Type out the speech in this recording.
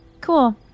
Cool